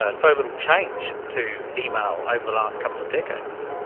ah so little change to email over the last couple of decades.